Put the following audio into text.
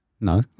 No